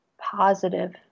positive